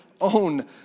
own